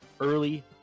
early